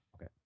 Okay